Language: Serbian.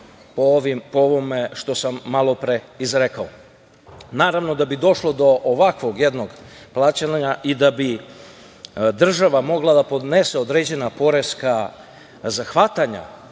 po ovome što sam malopre izrekao. Naravno, da bi došlo do ovakvog jednog plaćanja i da bi država mogla da podnese određena poreska zahvatanja